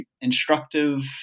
instructive